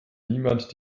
niemand